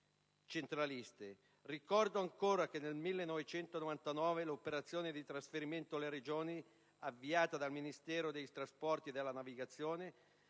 Ricordo ancora come nel 1999 l'operazione di trasferimento alle Regioni, avviata dal Ministero dei trasporti e della navigazione,